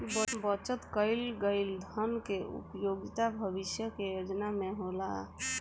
बचत कईल गईल धन के उपयोगिता भविष्य के योजना में होला